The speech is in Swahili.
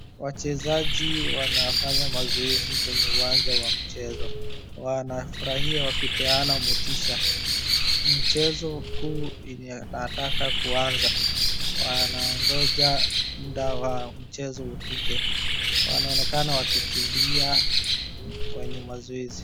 Wachezaji wanafanya mazoezi kwenye uwanja wa mchezo. Wanafurahia wakipeana motisha. Mchezo huu inataka kuanza. Wanaongoja munda wa mchezo ufike. Wanaonekana wakikimbia kwenye mazoezi.